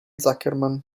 zuckerman